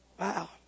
Wow